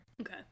Okay